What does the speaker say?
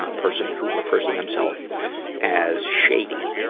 ah person, who refers to themselves as shady.